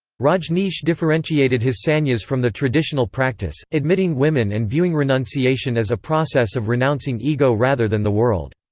rajneesh differentiated his sannyas from the traditional practice, admitting women and viewing renunciation as a process of renouncing ego rather than the world.